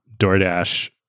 DoorDash